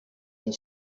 and